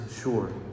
sure